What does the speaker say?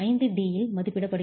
5d இல் மதிப்பிடப்படுகிறது